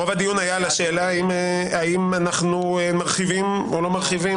רוב הדיון היה על השאלה האם אנחנו מרחיבים או לא מרחיבים.